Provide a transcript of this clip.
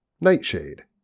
Nightshade